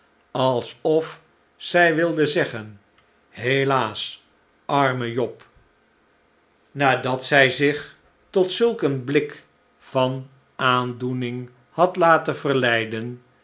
alsof zij wilde zeggen helaas arme job nadat zij zich tot zulk een blijk van aandoening had laten verleiden